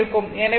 எனவே α 40